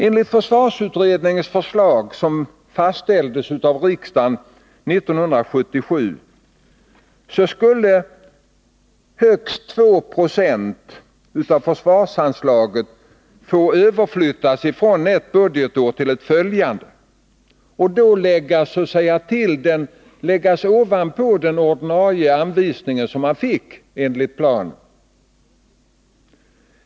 Enligt försvarsutredningens förslag, som fastställdes av riksdagen 1977, skulle högst 2 22 av försvarsanslaget få överflyttas från ett budgetår till ett följande och då läggas ovanpå den ordinarie anvisning som man fick enligt planen.